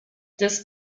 this